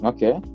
Okay